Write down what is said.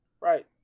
Right